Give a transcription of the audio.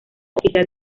oficial